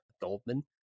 Goldman